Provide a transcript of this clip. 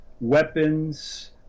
weapons